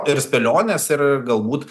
ir spėlionės ir galbūt